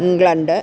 England